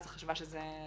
אז היא חשבה שזה ראוי.